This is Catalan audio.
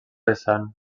vessant